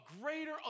greater